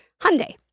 Hyundai